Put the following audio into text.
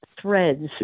threads